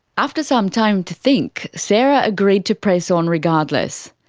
after some time to think, sarah agreed to press on regardless.